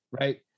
right